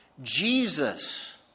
Jesus